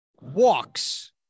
Walks